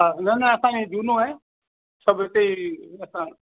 हा न न असां ही झूनो आहे सभु हिते ई असां